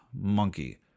monkey